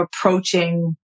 approaching